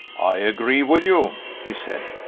i agree with you, he said.